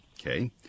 Okay